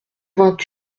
vingt